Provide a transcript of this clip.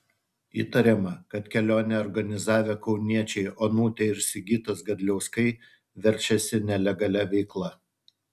įtariama kad kelionę organizavę kauniečiai onutė ir sigitas gadliauskai verčiasi nelegalia veikla